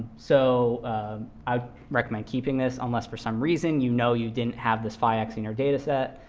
so i recommend keeping this, unless for some reason you know you didn't have this phi x in your data set.